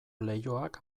leihoak